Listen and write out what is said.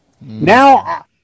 Now